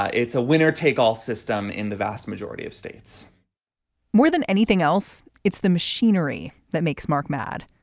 ah it's a winner take all system in the vast majority of states more than anything else it's the machinery that makes mark mad.